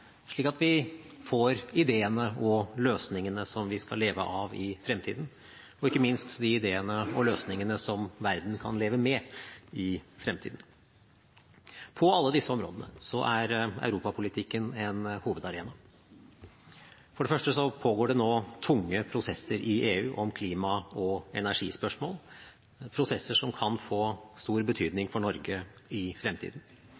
slik at vi får ideene og løsningene som vi skal leve av i fremtiden, og ikke minst de ideene og løsningene som verden kan leve med i fremtiden. På alle disse områdene er europapolitikken en hovedarena. For det første pågår det nå tunge prosesser i EU om klima- og energispørsmål, prosesser som kan få stor betydning for Norge i fremtiden.